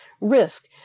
risk